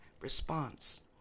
response